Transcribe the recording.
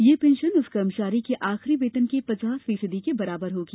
यह पेंशन उस कर्मचारी के आखिरी वेतन के पचास फीसदी के बराबर होगी